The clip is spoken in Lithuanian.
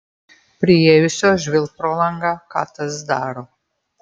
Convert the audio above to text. priėjusios žvilgt pro langą ką tas daro